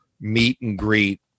meet-and-greet